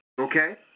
okay